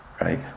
right